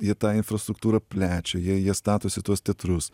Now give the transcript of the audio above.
jie tą infrastruktūrą plečia jie jie statosi tuos teatrus